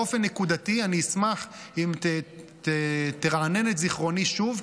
באופן נקודתי אני אשמח אם תרענן את זיכרוני שוב,